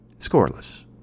scoreless